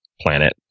planet